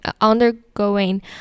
undergoing